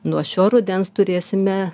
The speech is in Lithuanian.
nuo šio rudens turėsime